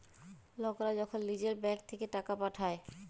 লকরা যখল লিজের ব্যাংক থ্যাইকে টাকা পাঠায়